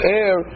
air